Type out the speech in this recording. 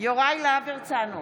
יוראי להב הרצנו,